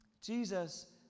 Jesus